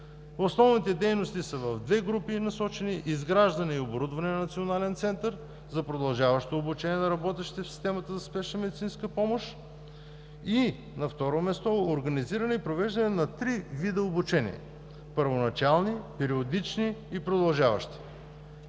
Основните дейности са насочени в две групи: изграждане и оборудване на Национален център за продължаващо обучение на работещите в системата за спешна медицинска помощ и, на второ място, организиране и провеждане на три вида обучения: първоначални, периодични и продължаващи.